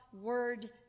word